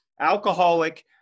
Alcoholic